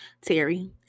Terry